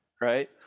Right